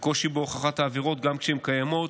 ויש קושי בהוכחת העבירות גם כשהן קיימות,